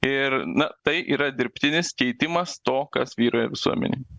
ir na tai yra dirbtinis keitimas to kas vyrauja visuomenėj